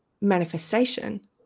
manifestation